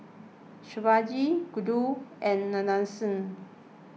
Shivaji Gouthu and Nadesan